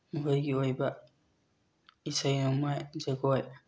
ꯃꯈꯣꯏꯒꯤ ꯑꯣꯏꯕ ꯏꯁꯩ ꯅꯣꯡꯃꯥꯏ ꯖꯒꯣꯏ